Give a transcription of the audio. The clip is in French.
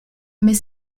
mais